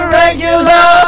regular